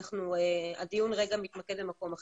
אבל הדיון מתמקד במקום אחר.